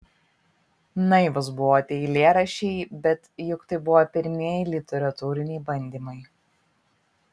naivūs buvo tie eilėraščiai bet juk tai buvo pirmieji literatūriniai bandymai